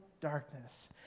darkness